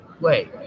Wait